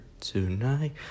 Tonight